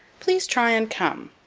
please try and come.